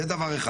זה דבר אחד.